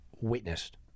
witnessed